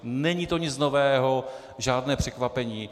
Není to nic nového, žádné překvapení.